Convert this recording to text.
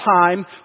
time